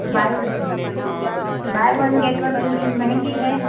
bye one buy one get one थोड़ी महंगी है